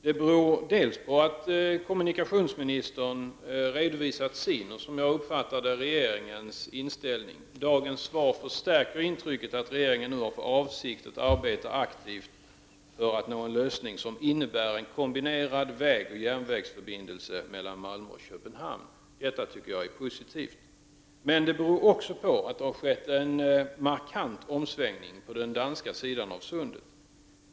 Det beror för det första på att kommunikationsministern redovisat sin och, som jag uppfattar det, regeringens inställning. Dagens svar förstärker intrycket att regeringen nu har för avsikt att arbeta aktivt för att nå en lösning som innebär en kombinerad vägoch järnvägsförbindelse mellan Malmö och Köpenhamn. Jag tycker att detta är positivt. Men det beror för det andra också på att det skett en markant omsvängning på den danska sidan åv Sundet.